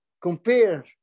compare